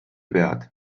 pead